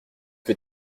que